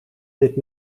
dit